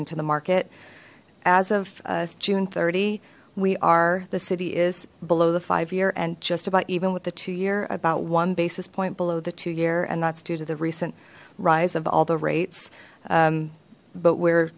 into the market as of june thirty we are the city is below the five year and just about even with the two year about one basis point below the two year and that's due to the recent rise of all the rates but we're